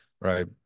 Right